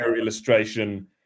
illustration